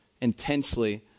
intensely